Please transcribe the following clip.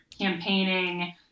campaigning